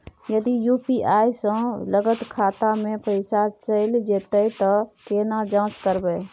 यदि यु.पी.आई स गलत खाता मे पैसा चैल जेतै त केना जाँच करबे?